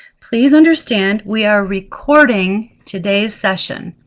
please understand we are recording today's session.